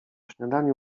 śniadaniu